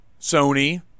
Sony